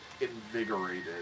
invigorated